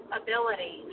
ability